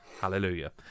Hallelujah